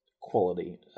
quality